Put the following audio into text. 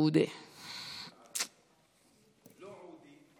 כבוד היושבת בראש,